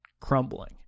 crumbling